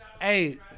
Hey